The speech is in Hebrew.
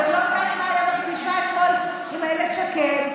אני לא יודעת מה היה בפגישה אתמול עם אילת שקד,